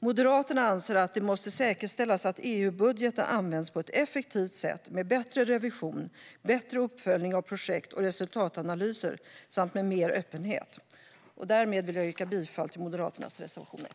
Moderaterna anser att det måste säkerställas att EU-budgeten används på ett effektivt sätt med bättre revision, bättre uppföljning av projekt och resultatanalyser samt mer öppenhet. Därmed vill jag yrka bifall till Moderaternas reservation 1.